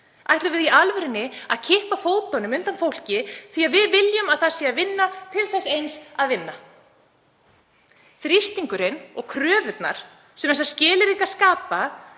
Ætlum við í alvörunni að kippa fótunum undan fólki því að við viljum að það sé að vinna til þess eins að vinna? Þrýstingurinn og kröfurnar sem þessar skilyrðingar skapa